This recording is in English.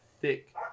thick